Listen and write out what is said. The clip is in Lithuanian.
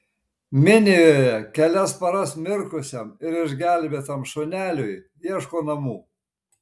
minijoje kelias paras mirkusiam ir išgelbėtam šuneliui ieško namų